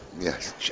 Yes